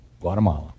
Guatemala